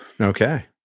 okay